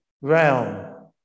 realm